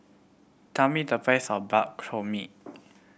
tell me the price of Bak Chor Mee